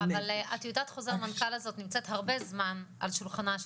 טיוטת חוזר המנכ"ל הזאת נמצאת הרבה זמן על שולחנו של